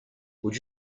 would